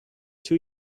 two